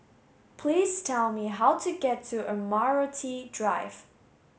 please tell me how to get to Admiralty Drive